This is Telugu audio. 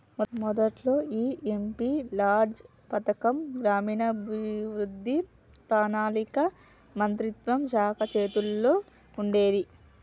మొదట్లో ఈ ఎంపీ లాడ్జ్ పథకం గ్రామీణాభివృద్ధి పణాళిక మంత్రిత్వ శాఖ చేతుల్లో ఉండేది